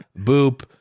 Boop